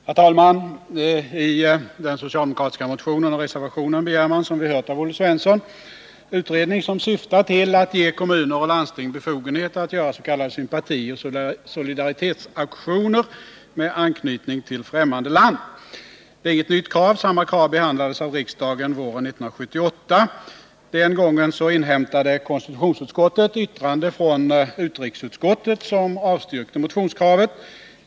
Herr talman! I en av de socialdemokratiska motionerna och i reservationen begär man, som vi har hört av Olle Svensson, en utredning som syftar till att ge kommuner och landsting befogenheter att göra s.k. sympatioch solidaritetsaktioner med anknytning till fträmmande land. Det är inget nytt krav. Samma krav behandlades av riksdagen våren 1978. Konstitutionsutskottet inhämtade den gången yttrande från utrikesutskottet, 83 som avstyrkte motionskravet.